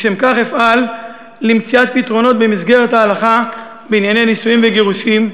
לשם כך אפעל למציאת פתרונות במסגרת ההלכה בענייני נישואים וגירושים,